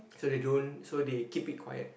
so they don't so they keep it quiet